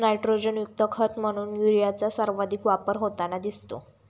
नायट्रोजनयुक्त खत म्हणून युरियाचा सर्वाधिक वापर होताना दिसतो